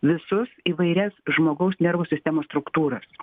visus įvairias žmogaus nervų sistemos struktūras